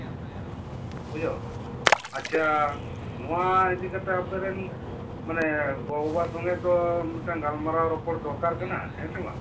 ᱵᱩᱡᱷᱟᱹᱣ ᱟᱪᱪᱷᱟ ᱱᱚᱣᱟ ᱤᱫᱤᱠᱟᱛᱮ ᱟᱯᱮᱨᱮᱱ ᱢᱟᱱᱮ ᱜᱚ ᱵᱟᱵᱟ ᱥᱚᱸᱜᱮ ᱛᱚ ᱢᱤᱫᱴᱟᱝ ᱜᱟᱞᱢᱟᱨᱟᱣ ᱨᱚᱯᱚᱲ ᱫᱚᱨᱠᱟᱨ ᱠᱟᱱᱟ ᱦᱮᱸ ᱥᱮ ᱵᱟᱝ